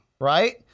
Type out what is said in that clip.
Right